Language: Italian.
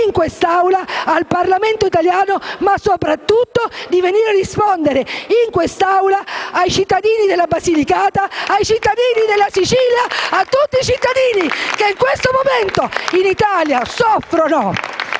in quest'Aula al Parlamento italiano, ma soprattutto di non venire a rispondere in quest'Aula ai cittadini della Basilicata, ai cittadini della Sicilia e a tutti i cittadini che in questo momento, in Italia, soffrono